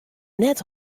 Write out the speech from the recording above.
net